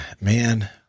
Man